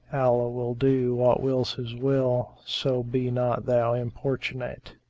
allah will do what wills his will so be not thou importunate!